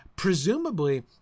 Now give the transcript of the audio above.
Presumably